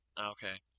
Okay